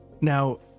now